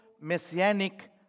messianic